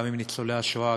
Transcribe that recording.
גם עם ניצולי השואה,